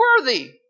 worthy